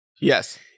Yes